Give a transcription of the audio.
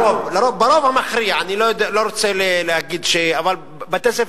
ברוב המכריע, ואני לא רוצה להגיד, אבל בבתי-ספר